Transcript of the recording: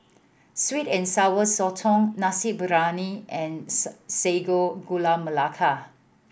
sweet and Sour Sotong nasi briyani and Sago Gula Melaka